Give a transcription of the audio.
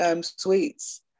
sweets